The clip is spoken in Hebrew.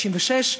1996,